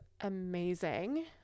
amazing